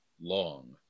long